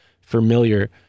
familiar